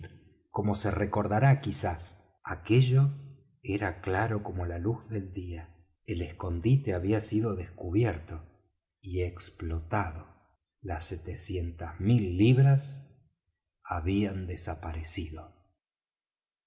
como se recordará quizás aquello era claro como la luz del día el escondite había sido descubierto y explotado las setecientas mil libras habían desaparecido